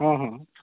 ହଁ ହଁ